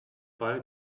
ball